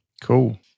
Cool